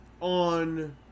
on